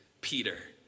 Peter